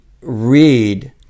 read